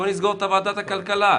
בוא נסגור את ועדת הכלכלה,